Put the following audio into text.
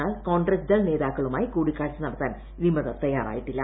എന്നാൾ കോൺഗ്രസ് ദൾ നേതാക്കളുമുടി കൂടിക്കാഴ്ച നടത്താൻ വിമതർ തയ്യാറായിട്ടില്ല